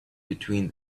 between